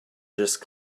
just